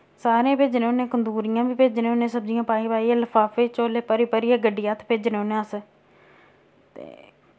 सारें भेजने होने कंदुरियां वि भेजने होने सब्जियां पाई पाइयै लफाफे च उसलै भरी भरियै गड्डी हत्थ भेजने होने अस ते